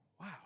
wow